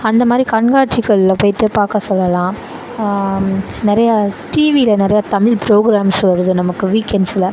அந்த மாதிரி கண்காட்சிகளில் போயிவிட்டு பார்க்க சொல்லலாம் நிறைய டிவியில நிறைய தமிழ் ப்ரோக்ராம்ஸ் வருது நமக்கு வீக்கெண்ட்ஸில்